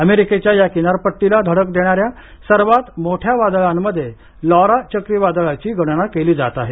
अमेरिकेच्या या किनारपट्टीला धडक देणाऱ्या सर्वात मोठ्या वादळांमध्ये लॉरा चक्रीवादळाची गणना केली जात आहे